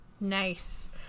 nice